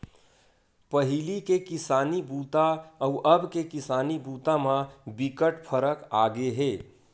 पहिली के किसानी बूता अउ अब के किसानी बूता म बिकट फरक आगे हे